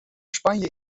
spanje